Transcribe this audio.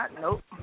Nope